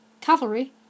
cavalry